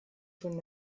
von